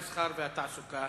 המסחר והתעסוקה,